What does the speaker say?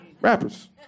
Rappers